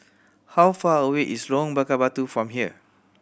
how far away is Lorong Bakar Batu from here